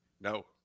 No